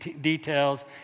details